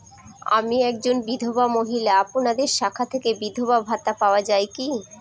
আমি একজন বিধবা মহিলা আপনাদের শাখা থেকে বিধবা ভাতা পাওয়া যায় কি?